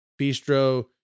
Bistro